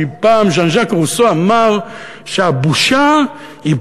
כי פעם ז'אן ז'אק רוסו אמר שהבושה היא